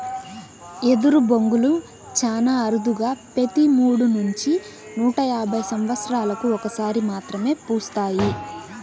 ఎదరు బొంగులు చానా అరుదుగా పెతి మూడు నుంచి నూట యాభై సమత్సరాలకు ఒక సారి మాత్రమే పూస్తాయి